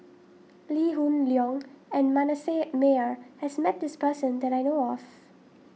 Lee Hoon Leong and Manasseh Meyer has met this person that I know of